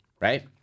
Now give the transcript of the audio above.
right